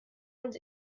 und